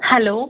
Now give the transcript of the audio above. hello